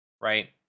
right